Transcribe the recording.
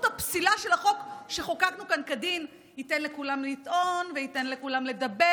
הפסילה של החוק שחוקקנו כאן כדין ייתן לכולם לטעון וייתן לכולם לדבר,